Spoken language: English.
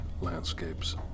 landscapes